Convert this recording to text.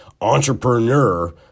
entrepreneur